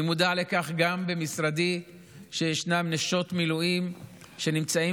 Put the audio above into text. אני מודע לכך שגם במשרדי ישנן נשות מילואים שנמצאות